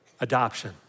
adoption